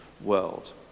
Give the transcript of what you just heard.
world